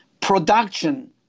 production